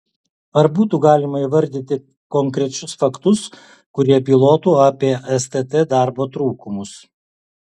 ar būtų galima įvardyti konkrečius faktus kurie bylotų apie stt darbo trūkumus